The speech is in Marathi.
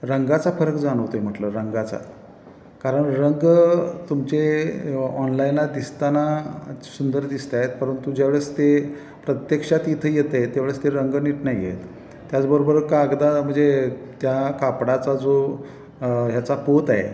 रंगाचा फरक जानवतोय म्हटलं रंगाचा कारण रंग तुमचे ऑनलाईनला दिसताना सुंदर दिसतायेत परंतु ज्यावेळेस ते प्रत्यक्षात इथे येतंय त्यावेळेस ते रंग नीट नाहीयेत त्याचबरोबर कागदा म्हजे त्या कापडाचा जो ह्याचा पोतय